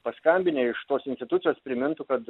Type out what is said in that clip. paskambinę iš tos institucijos primintų kad